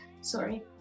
Sorry